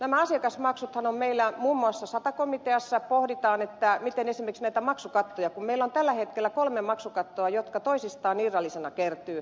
nämä asiakasmaksuthan ovat meillä muun muassa sata komiteassa pohdittavana miten esimerkiksi nämä maksukatot joita meillä on tällä hetkellä kolme toisistaan irrallisina kertyvät